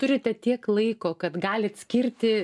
turite tiek laiko kad galit skirti